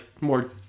more